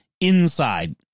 inside